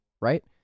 Right